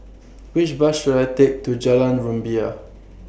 Which Bus should I Take to Jalan Rumbia